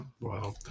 wow